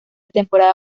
temporada